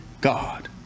God